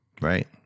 right